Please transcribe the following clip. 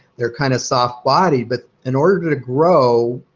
they're kind of soft bodied. but in order to grow,